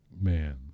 Man